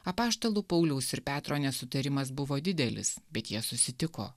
apaštalų pauliaus ir petro nesutarimas buvo didelis bet jie susitiko